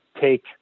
take